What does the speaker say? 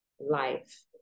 life